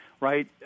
right